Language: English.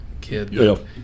kid